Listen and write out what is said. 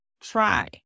try